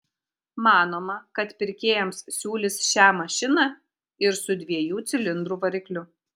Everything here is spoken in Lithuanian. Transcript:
manoma kad pirkėjams siūlys šią mašiną ir su dviejų cilindrų varikliu